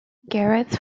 gareth